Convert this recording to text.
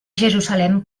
jerusalem